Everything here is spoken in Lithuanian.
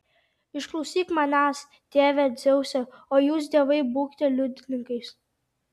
išklausyk manęs tėve dzeuse o jūs dievai būkite liudininkais